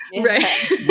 right